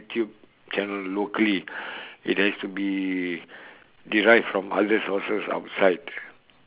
YouTube channel locally it has to be derived from other sources outside